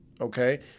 okay